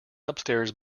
upstairs